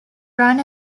run